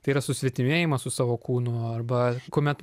tai yra susvetimėjimas su savo kūnu arba kuomet